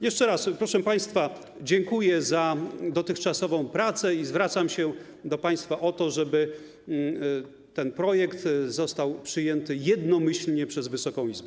Jeszcze raz, proszę państwa, dziękuję za dotychczasową pracę i zwracam się do państwa o to, żeby ten projekt został przyjęty jednomyślnie przez Wysoką Izbę.